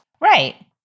Right